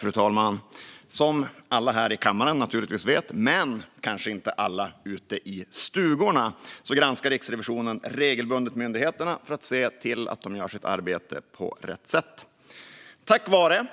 Fru talman! Som alla här i kammaren naturligtvis vet, men kanske inte alla ute i stugorna, granskar Riksrevisionen regelbundet myndigheterna för att se till att de gör sitt arbete på rätt sätt. Tack vare,